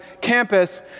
campus